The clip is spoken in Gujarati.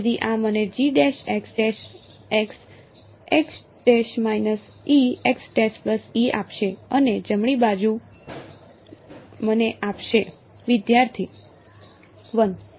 તેથી આ મને આપશે અને જમણી બાજુ મને આપશે વિદ્યાર્થી 1